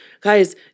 Guys